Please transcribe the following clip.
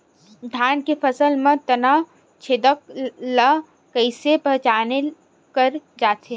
धान के फसल म तना छेदक ल कइसे पहचान करे जाथे?